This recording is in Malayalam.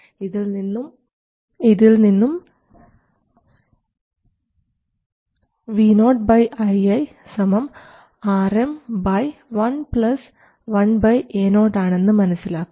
ഇതിൽ നിന്നും നമുക്ക് Vo ii സമം Rm 1 1 Ao ആണെന്ന് മനസ്സിലാക്കാം